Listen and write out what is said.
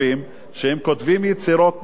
שכותבים יצירות נפלאות,